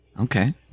Okay